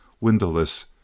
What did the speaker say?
windowless